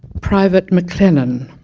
private mcclennan,